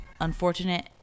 unfortunate